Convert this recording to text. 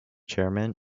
chairman